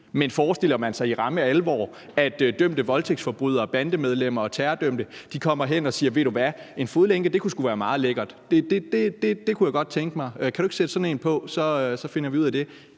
Men forestiller man sig i ramme alvor, at dømte voldtægtsforbrydere, bandemedlemmer og terrordømte kommer hen og siger: Ved du hvad, en fodlænke kunne sgu være meget lækkert, det kunne jeg godt tænke mig, så kan du ikke sætte sådan en på, så finder vi ud af det?